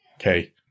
Okay